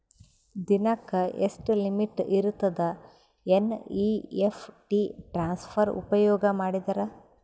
ದಿನಕ್ಕ ಎಷ್ಟ ಲಿಮಿಟ್ ಇರತದ ಎನ್.ಇ.ಎಫ್.ಟಿ ಟ್ರಾನ್ಸಫರ್ ಉಪಯೋಗ ಮಾಡಿದರ?